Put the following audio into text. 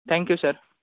thank you sir